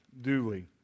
duly